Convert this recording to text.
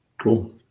Cool